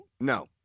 No